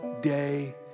day